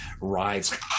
rides